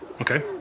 Okay